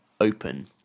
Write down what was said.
open